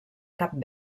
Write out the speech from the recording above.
cap